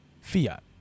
Fiat